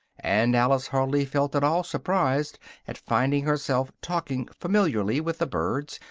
and alice hardly felt at all surprised at finding herself talking familiarly with the birds,